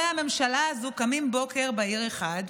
הממשלה הזו קמים בוקר בהיר אחד וחושבים: